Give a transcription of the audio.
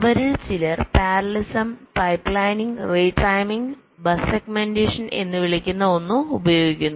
അവരിൽ ചിലർ parallelism pipelining pipelining retiming bus segmentation എന്ന് വിളിക്കുന്ന ഒന്ന് എന്നിവ ഉപയോഗിക്കുന്നു